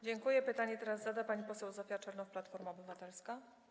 Dziękuję, Pytanie zada pani poseł Zofia Czernow, Platforma Obywatelska.